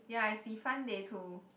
ya I see fun they to